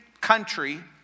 country